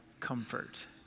comfort